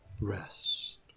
rest